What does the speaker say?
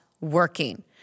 working